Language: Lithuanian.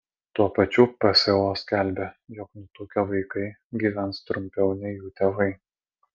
tuo pačiu pso skelbia jog nutukę vaikai gyvens trumpiau nei jų tėvai